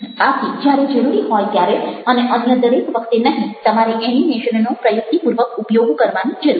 આથી જ્યારે જરૂરી હોય ત્યારે અને અન્ય દરેક વખતે નહિ તમારે એનિમેશનનો પ્રયુક્તિપૂર્વક ઉપયોગ કરવાની જરૂર છે